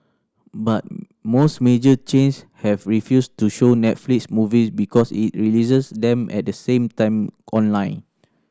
but most major chains have refused to show Netflix movies because it releases them at the same time online